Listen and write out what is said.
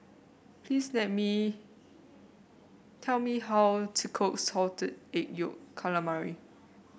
please me tell me how to cook Salted Egg Yolk Calamari